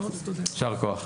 ישר כוח.